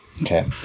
Okay